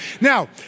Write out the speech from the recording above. Now